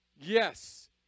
Yes